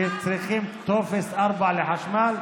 שצריכים טופס 4 לחשמל?